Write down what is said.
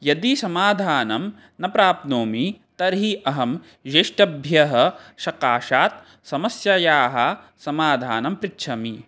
यदि समाधानं न प्राप्नोमि तर्हि अहं ज्येष्ठेभ्यः सकाशात् समस्यायाः समाधानं पृच्छामि